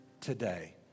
today